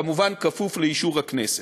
כמובן, כפוף לאישור הכנסת.